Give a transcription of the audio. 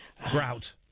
Grout